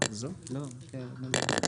כל היתר קל לבחון?